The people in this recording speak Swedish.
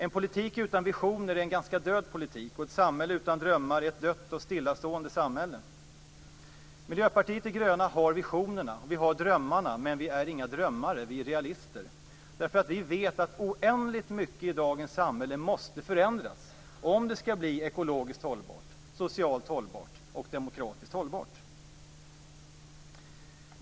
En politik utan visioner är en ganska död politik, och ett samhälle utan drömmar är ett dött och stillastående samhälle. Miljöpartiet de gröna har visionerna och drömmarna. Men vi är inga drömmare utan realister, därför att vi vet att oändligt mycket i dagens samhälle måste förändras om det skall bli ekologiskt, socialt och demokratiskt hållbart.